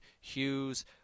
Hughes